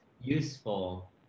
useful